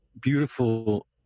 beautiful